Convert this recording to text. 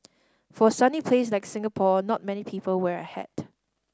for a sunny place like Singapore not many people wear a hat